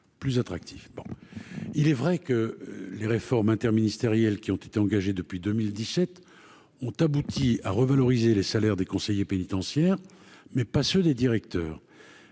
plus attractif, bon il est vrai que les réformes interministériel qui ont été engagés depuis 2017 ont abouti à revaloriser les salaires des conseiller pénitentiaire mais pas des directeurs